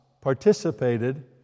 participated